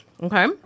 Okay